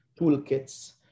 toolkits